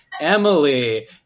Emily